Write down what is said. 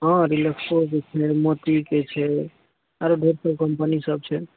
हँ रिलेक्सोके छै मोतीके छै आरो बहुत सब कम्पनी सब छै